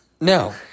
No